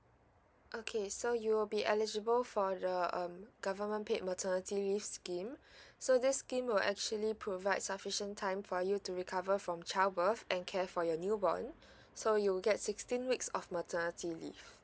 okay so you'll be eligible for the um government paid maternity leave scheme so this scheme will actually provide sufficient time for you to recover from child birth and care for your new born so you'll get sixteen weeks of maternity leave